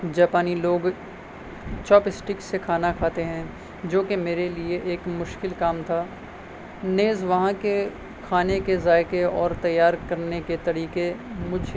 جاپانی لوگ chopstick سے کھانا کھاتے ہیں جو کہ میرے لیے ایک مشکل کام تھا نیز وہاں کے کھانے کے ذائقے اور تیار کرنے کے طریقے مجھے